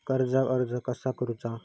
कर्जाक अर्ज कसा करुचा?